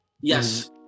Yes